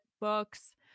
books